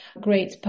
great